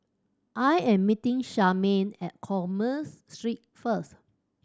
I am meeting Charmaine at Commerce Street first